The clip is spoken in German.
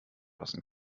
lassen